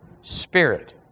spirit